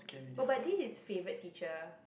oh but this is favourite teacher